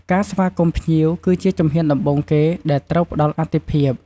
ការស្វាគមន៍ភ្ញៀវ គឺជាជំហានដំបូងគេដែលត្រូវផ្តល់អាទិភាព។